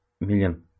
million